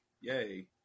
yay